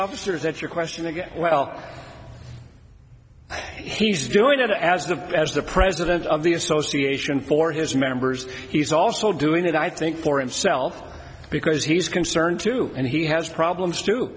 officers that your question again well he's doing it as the as the president of the association for his members he's also doing it i think for himself because he's concerned too and he has problems too